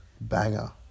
Banger